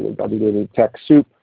ah www and and techsoup